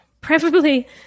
Preferably